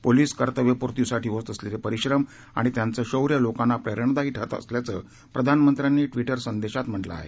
police कर्तव्य पूर्तीसाठी होत असलेले परिश्रम आणि त्यांचं शौर्य लोकांना प्रेरणादायी ठरत असल्याचं प्रधानमंत्र्यांनी ट्विट संदेशात म्हटलं आहे